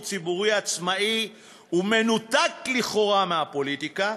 ציבורי עצמאי ומנותק לכאורה מהפוליטיקה,